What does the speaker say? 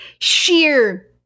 sheer